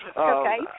okay